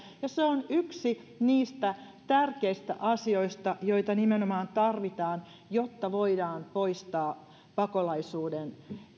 ja se on yksi niistä tärkeistä asioista joita nimenomaan tarvitaan jotta voidaan poistaa pakolaisuuden